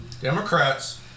Democrats